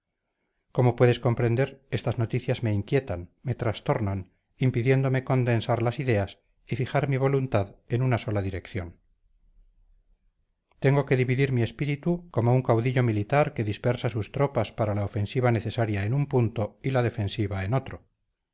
como puedes comprender estas noticias me inquietan me trastornan impidiéndome condensar las ideas y fijar mi voluntad en una sola dirección tengo que dividir mi espíritu como un caudillo militar que dispersa sus tropas para la ofensiva necesaria en un punto y la defensiva en otro